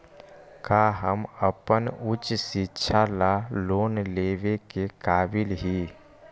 का हम अपन उच्च शिक्षा ला लोन लेवे के काबिल ही?